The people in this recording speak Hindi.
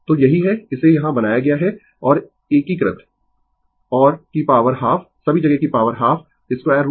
तो यही है इसे यहाँ बनाया गया है और एकीकृत और की पॉवर हाफ सभी जगह की पॉवर हाफ 2रूट